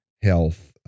health